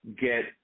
get